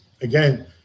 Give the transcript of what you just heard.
again